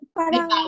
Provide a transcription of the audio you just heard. parang